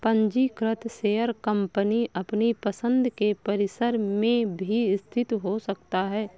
पंजीकृत share company अपनी पसंद के परिसर में भी स्थित हो सकता है